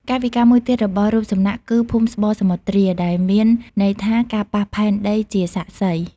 កាយវិការមួយទៀតរបស់រូបសំណាកគឺ ភូមិស្បសមុទ្រា ដែលមានន័យថា ការប៉ះផែនដីជាសាក្សី។